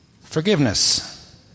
forgiveness